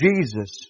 Jesus